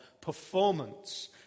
performance